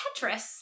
Tetris